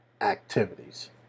activities